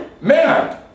Man